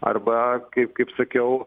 arba kaip kaip sakiau